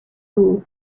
too